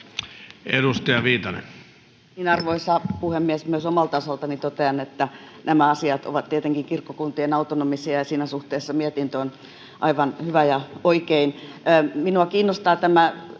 tavalla. Arvoisa puhemies! Myös omalta osaltani totean, että nämä asiat ovat tietenkin kirkkokuntien autonomiaan liittyviä, ja siinä suhteessa mietintö on aivan hyvä ja oikein. Minua kiinnostaa